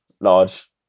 large